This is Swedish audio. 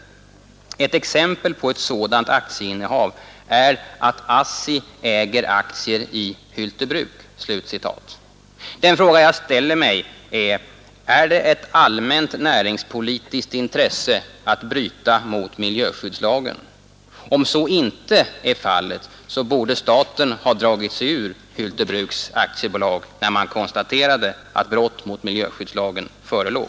Ett exempel på ett sådant aktieinnehav är att ASSI äger aktier i Hylte Bruks AB.” Den fråga jag ställer mig är: Är det ett allmänt näringspolitiskt intresse att bryta mot miljöskyddslagen? Om så inte är fallet, borde staten ha dragit sig ur Hylte Bruks AB, när man konstaterade att brott mot miljöskyddslagen förelåg.